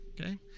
Okay